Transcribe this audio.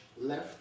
left